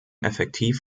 effektiv